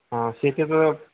हां शेतीच